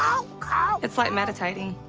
ah it's like meditating.